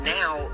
now